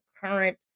current